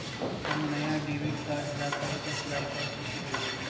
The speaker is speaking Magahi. हम नया डेबिट कार्ड ला कइसे अप्लाई कर सको हियै?